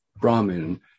Brahmin